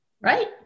right